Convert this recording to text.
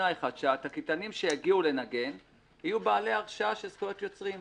בתנאי שהתקליטנים שיגיעו לנגן יהיו בעלי הרשאה של זכויות יוצרים.